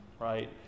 right